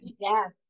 Yes